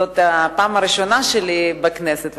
זאת הפעם הראשונה שלי בכנסת,